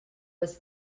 was